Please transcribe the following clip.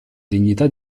dignità